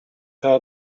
had